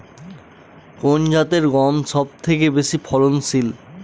কোন জাতের গম সবথেকে বেশি ফলনশীল?